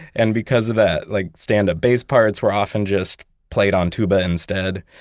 and because of that, like stand up bass parts were often just played on tuba instead.